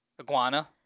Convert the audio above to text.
iguana